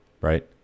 Right